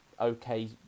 okay